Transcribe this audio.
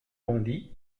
bondy